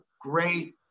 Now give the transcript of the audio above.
great